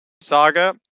saga